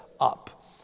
up